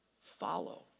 follow